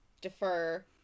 defer